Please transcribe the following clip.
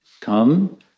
come